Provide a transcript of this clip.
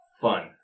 Fun